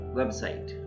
website